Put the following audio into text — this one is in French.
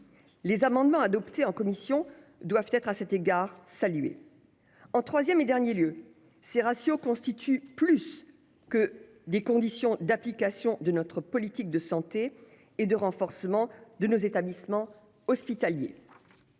Les amendements adoptés en commissions doivent être à cet égard salués. En dernier lieu, ces ratios constituent plus que des conditions d'application de notre politique de santé et de renforcement de nos établissements hospitaliers.